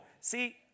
See